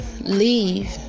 leave